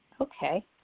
Okay